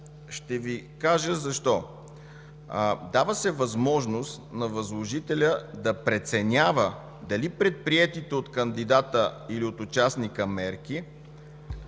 Ще Ви кажа защо. Дава се възможност на възложителя да преценява дали предприетите от кандидата или от участника мерки,